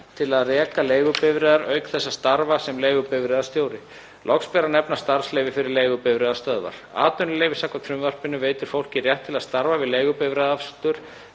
til að reka leigubifreiðar auk þess að starfa sem leigubifreiðastjóri. Loks ber að nefna starfsleyfi fyrir leigubifreiðastöðvar. Atvinnuleyfi, samkvæmt frumvarpinu, veitir fólki rétt til að starfa við leigubifreiðaakstur